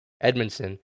Edmondson